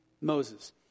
Moses